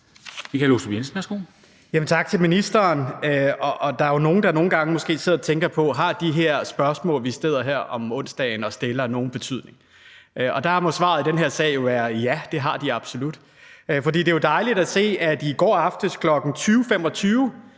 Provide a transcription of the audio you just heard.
Michael Aastrup Jensen (V): Tak til ministeren. Der er jo nogle, der nogle gange måske sidder og tænker på, om de spørgsmål, vi stiller her om onsdagen, har nogen betydning. Der må svaret i den her sag jo være: Ja, det har de absolut. For det er jo dejligt at se, at ministeren i går aftes kl. 20.25